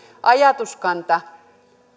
ajatuskanta